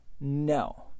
no